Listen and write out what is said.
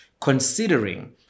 considering